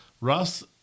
Russ